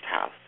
house